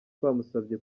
twamusabye